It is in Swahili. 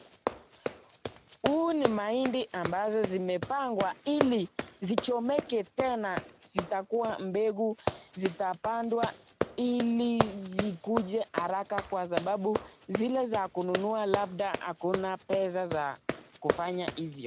Huu ni mahindi ambazo zimepangwa ili zichomeke tena zitakuwa mbegu zitapandwa ili zikuje haraka kwa sababu zile za kununua labda hakuna pesa za kufanya hivyo.